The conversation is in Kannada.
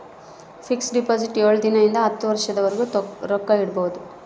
ಫಿಕ್ಸ್ ಡಿಪೊಸಿಟ್ ಏಳು ದಿನ ಇಂದ ಹತ್ತು ವರ್ಷದ ವರ್ಗು ರೊಕ್ಕ ಇಡ್ಬೊದು